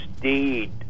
deed